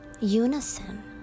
unison